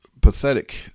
pathetic